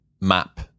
map